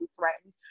threatened